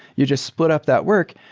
you just split up that work.